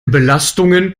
belastungen